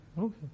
Okay